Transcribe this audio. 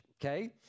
okay